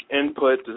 input